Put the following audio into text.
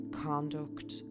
conduct